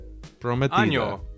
Prometida